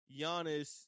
Giannis